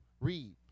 Read